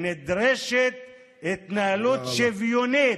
נדרשת התנהלות שוויונית.